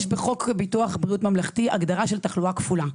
בחוק ביטוח בריאות ממלכתי יש הגדרה של תחלואה כפולה,